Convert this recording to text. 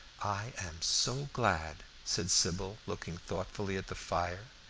i am so glad, said sybil, looking thoughtfully at the fire.